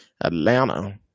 Atlanta